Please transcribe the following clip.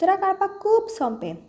चर काडपाक खूब सोंपें